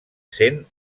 sent